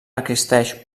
existeix